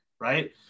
right